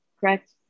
correct